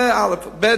ב.